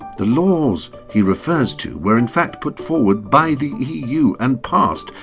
the laws he refers to were in fact put forward by the eu and passed,